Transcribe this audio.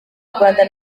rwanda